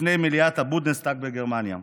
בפני מליאת הבונדסטאג בגרמניה.